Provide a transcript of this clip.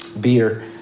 beer